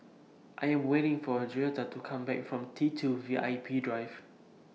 I Am waiting For Joetta to Come Back from T two V I P Drive